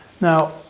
Now